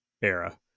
era